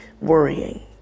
Worrying